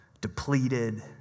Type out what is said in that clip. depleted